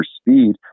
speed